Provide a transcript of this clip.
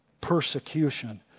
Persecution